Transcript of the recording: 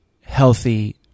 healthy